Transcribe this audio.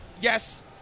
Yes